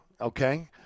okay